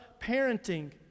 parenting